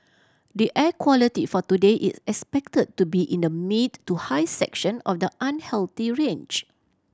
the air quality for today is expected to be in the mid to high section of the unhealthy range